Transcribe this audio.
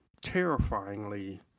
terrifyingly